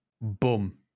Boom